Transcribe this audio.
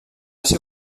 ser